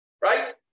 right